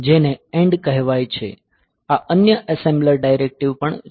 જેને END કહેવાય છે આ અન્ય એસેમ્બલર ડાયરેક્ટીવ પણ છે